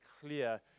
clear